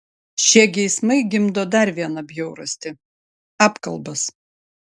šie geismai gimdo dar vieną bjaurastį apkalbas